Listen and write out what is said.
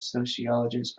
sociologist